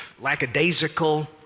lackadaisical